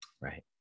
Right